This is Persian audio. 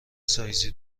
سایزی